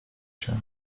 się